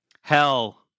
Hell